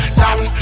down